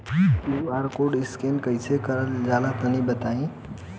QR code scan कैसे क़रल जला तनि बताई?